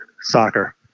soccer